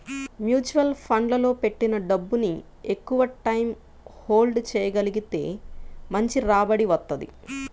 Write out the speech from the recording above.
mutual ఫండ్లలో పెట్టిన డబ్బుని ఎక్కువటైయ్యం హోల్డ్ చెయ్యగలిగితే మంచి రాబడి వత్తది